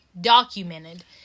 documented